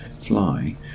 Fly